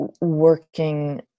working